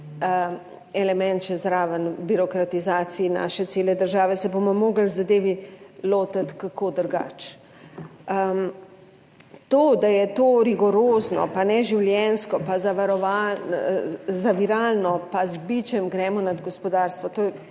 element še zraven birokratizaciji naše cele države. Se bomo morali v zadevi lotiti kako drugače. To, da je to rigorozno, pa ne življenjsko, pa zavarovan zaviralno, pa z bičem gremo nad gospodarstvo,